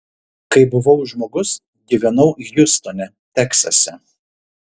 kai buvau žmogus gyvenau hjustone teksase